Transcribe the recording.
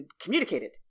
communicated